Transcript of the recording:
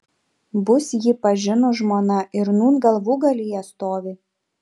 bus jį pažinus žmona ir nūn galvūgalyje stovi